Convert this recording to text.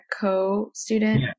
co-student